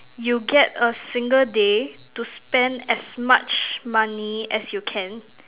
you get a single day to spend as much money as you can